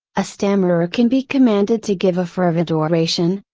a stammerer can be commanded to give a fervid oration,